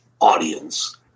audience